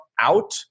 out